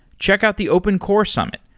check out the open core summ it,